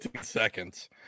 seconds